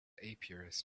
apiarist